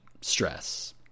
stress